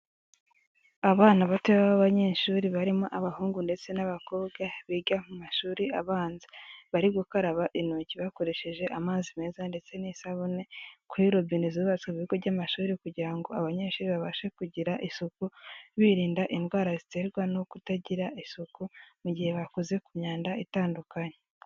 Abana bato b'abanyeshuri barimo abahungu ndetse n'abakobwa biga mu mashuri abanza bari gukaraba intoki bakoresheje amazi meza ndetse n'isabune kuri robine zubatswe mu ibigo by'amashuri kugira ngo abanyeshuri babashe kugira isuku birinda indwara ziterwa no kutagira isuku mu gihe bakoze ku myanda itandukanye.